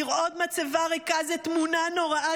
לראות מצבה ריקה זו תמונה נוראה,